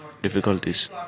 Difficulties